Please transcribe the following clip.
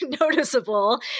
noticeable